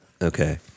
Okay